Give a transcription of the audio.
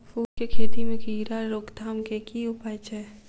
फूल केँ खेती मे कीड़ा रोकथाम केँ की उपाय छै?